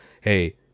hey